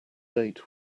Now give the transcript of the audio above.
date